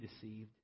deceived